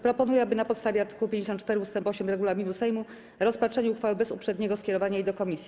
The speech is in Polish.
Proponuję, na podstawie art. 54 ust. 8 regulaminu Sejmu, rozpatrzenie uchwały bez uprzedniego skierowania jej do komisji.